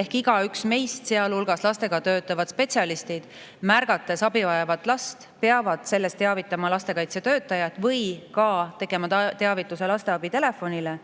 ehk igaühele meist. Kõik lastega töötavad spetsialistid, märgates abi vajavat last, peavad sellest teavitama lastekaitsetöötajat või ka tegema teavituse lasteabi telefonile.